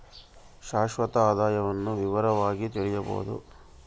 ಶಾಶ್ವತ ಆದಾಯವನ್ನು ವಿವರವಾಗಿ ತಿಳಿಯಬೊದು